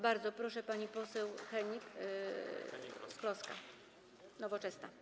Bardzo proszę, pani poseł Hennig-Kloska, Nowoczesna.